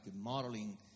modeling